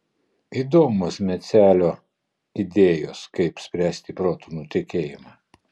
įdomios mecelio idėjos kaip spręsti protų nutekėjimą